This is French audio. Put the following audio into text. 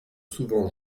souvent